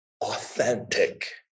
authentic